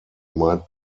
might